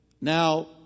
Now